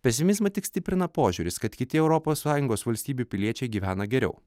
pesimizmą tik stiprina požiūris kad kiti europos sąjungos valstybių piliečiai gyvena geriau